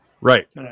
Right